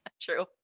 true